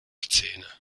szene